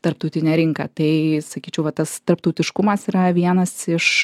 tarptautinę rinką tai sakyčiau va tas tarptautiškumas yra vienas iš